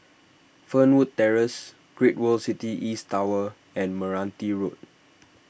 Fernwood Terrace Great World City East Tower and Meranti Road